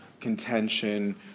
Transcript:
contention